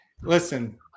listen